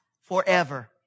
forever